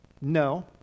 No